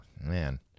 Man